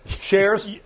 shares